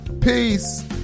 Peace